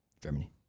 Germany